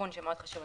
אתחיל